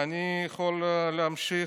ואני יכול להמשיך.